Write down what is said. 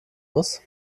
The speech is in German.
muss